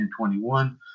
2021